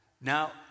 Now